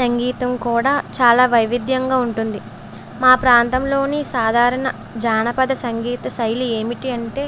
సంగీతం కూడా చాలా వైవిధ్యంగా ఉంటుంది మా ప్రాంతంలోని సాధారణ జానపద సంగీత శైలి ఏమిటి అంటే